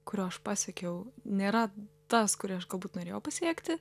kurio aš pasiekiau nėra tas kurį aš galbūt norėjau pasiekti